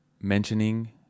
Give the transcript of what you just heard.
mentioning